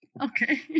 Okay